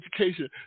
education